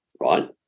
right